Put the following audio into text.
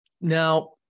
Now